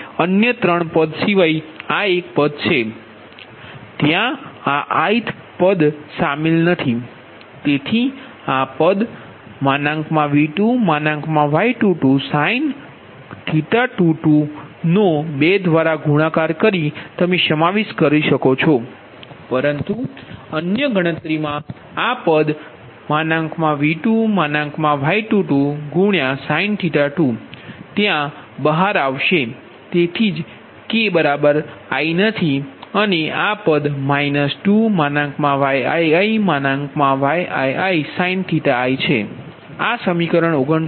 અન્ય 3 પદ સિવાય આ એક પદ છે ત્યાં આ ith પદ શામેલ નથી તેથી આ પદ V2Y22 sin⁡ નો 2 દ્વારા ગુણાકાર કરી તમે સમાવેશ કરી શકો છો પરંતુ અન્ય ગણતરીમા આ પદ V2Y22 sin⁡ ત્યાં બહાર હશે તેથી જ k ≠ i નથી અને આ પદ 2ViiYii sin⁡ છે સમીકરણ 59